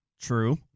True